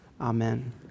Amen